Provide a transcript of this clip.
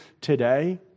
today